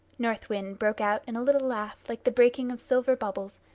north wind broke out in a little laugh like the breaking of silver bubbles,